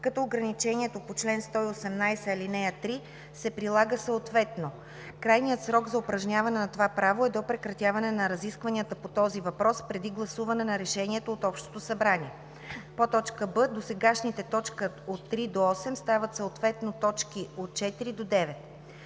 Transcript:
като ограничението по чл. 118, ал. 3 се прилага съответно; крайният срок за упражняване на това право е до прекратяване на разискванията по този въпрос преди гласуване на решението от общото събрание;“ б) досегашните т. 3-8 стават съответно т. 4-9.